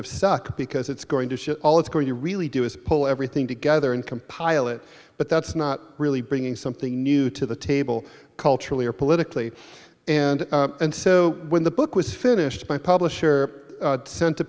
of suck because it's going to shit all it's going to really do is pull everything together and compile it but that's not really bringing something new to the table culturally or politically and and so when the book was finished my publisher sent a